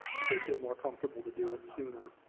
if they feel more comfortable to do it sooner.